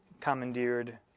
commandeered